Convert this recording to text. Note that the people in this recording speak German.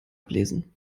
ablesen